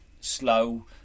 slow